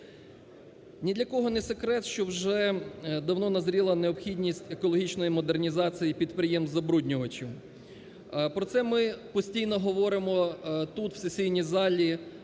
Ні для кого не секрет, що вже давно назріла необхідність екологічної модернізації підприємств-забруднювачів. Про це ми постійно говоримо тут, в сесійній залі,